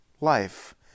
life